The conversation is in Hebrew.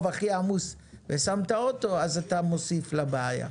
הכי עמוס ושם את האוטו אז אתה מוסיף לבעיה.